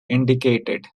indicated